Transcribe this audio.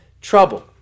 trouble